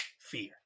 Fear